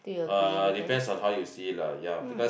uh depends on how you see it lah yeah because